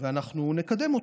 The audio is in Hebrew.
ואנחנו נקדם אותה.